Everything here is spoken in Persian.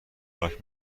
لاک